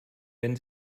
wenn